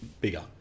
bigger